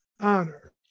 honor